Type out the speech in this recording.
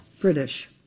British